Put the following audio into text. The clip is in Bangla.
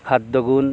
খাদ্যগুণ